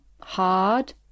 hard